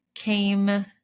came